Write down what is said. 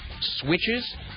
switches